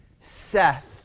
Seth